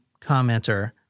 commenter